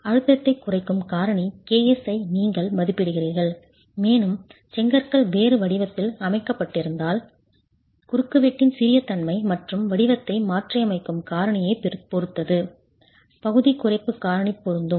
அழுத்தத்தைக் குறைக்கும் காரணி ks ஐ நீங்கள் மதிப்பிடுகிறீர்கள் மேலும் செங்கற்கள் வேறு வடிவத்தில் அமைக்கப்பட்டிருந்தால் குறுக்குவெட்டின் சிறிய தன்மை மற்றும் வடிவத்தை மாற்றியமைக்கும் காரணியைப் பொறுத்து பகுதி குறைப்பு காரணி பொருந்தும்